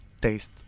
taste